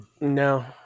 No